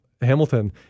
hamilton